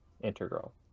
integral